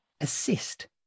assist